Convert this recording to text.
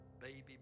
baby